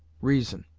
reason.